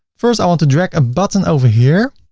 first i want to drag a button over here.